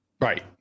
Right